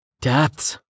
Deaths